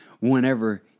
whenever